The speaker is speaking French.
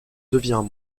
devient